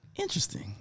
Interesting